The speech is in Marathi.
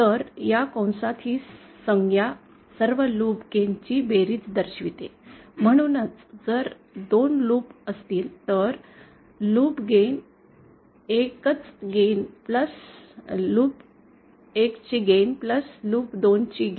तर या कंसात ही संज्ञा सर्व लूप गेन ची बेरीज दर्शवते म्हणजेच जर 2 लूप असतील तर लूप 1 च गेन लूप 2 च गेन लूप 3 च गेन